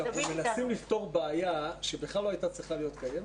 שאנחנו מנסים לפתור בעיה שבכלל לא הייתה צריכה להיות קיימת.